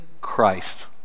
Christ